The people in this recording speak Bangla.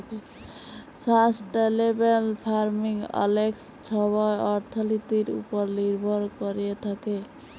সাসট্যালেবেল ফার্মিং অলেক ছময় অথ্থলিতির উপর লির্ভর ক্যইরে থ্যাকে